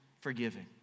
forgiving